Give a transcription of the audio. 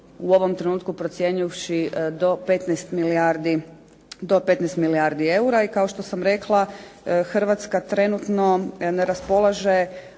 u ovom trenutku procijenivši do 15 milijardi eura, i kao što sam rekla Hrvatska trenutno ne raspolaže